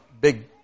big